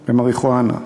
במריחואנה,